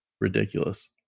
ridiculous